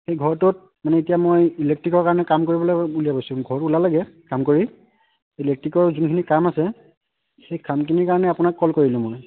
সেই ঘৰটোত মানে এতিয়া মই ইলেক্ট্ৰিকৰ কাৰণে কাম কৰিবলৈ উলিয়াইছোঁ ঘৰত ওলালেগৈ কাম কৰি ইলেক্ট্ৰিকৰ যোনখিনি কাম আছে সেই কামখিনিৰ কাৰণে আপোনাক কল কৰিলোঁ মই